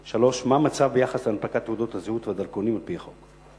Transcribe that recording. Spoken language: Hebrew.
3. מה המצב ביחס להנפקת תעודות הזהות והדרכונים על-פי החוק?